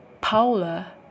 Paula